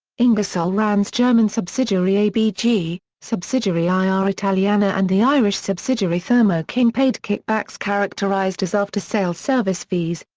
ingersoll-rand's german subsidiary abg, subsidiary i r italiana and the irish subsidiary thermo-king paid kickbacks characterized as after-sales service fees,